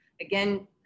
again